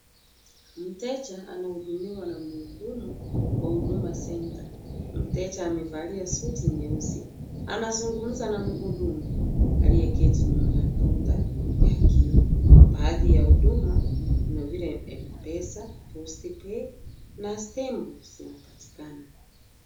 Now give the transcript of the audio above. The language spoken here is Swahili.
Mteja anahudumiwa na mhudumu wa Huduma Centre. Mteja amevalia suti nyeusi. Anazungumza na mhudumu aliyeketi nyuma ya kaunta ya kioo. Baadhi ya huduma kuna vile M-Pesa, post pay na stample zinapatikana.